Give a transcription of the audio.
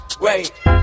Wait